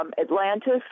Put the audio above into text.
Atlantis